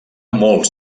molts